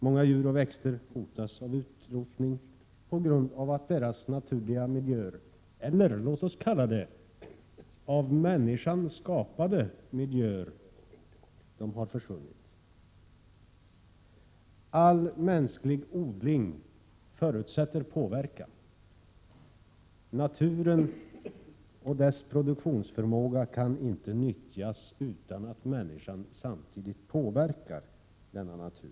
Många djur och växter hotas av utrotning på grund av att deras naturliga miljö — eller låt oss kalla det av människan skapad miljö — har försvunnit. All mänsklig odling förutsätter påverkan. Naturen och dess produktionsförmåga kan inte nyttjas utan att människan samtidigt påverkar denna natur.